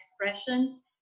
expressions